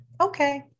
Okay